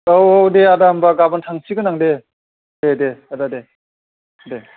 औ औ दे आदा होम्बा गाबोन थांसिगोन आं दे दे दे आदा दे दे